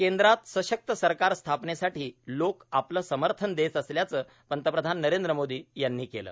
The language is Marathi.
केंद्रात सशक्त सरकार स्थापनेसाठी लोक आपलं समर्थन देत असल्याचं पंतप्रधान नरेंद्र मोदी यांनी केलं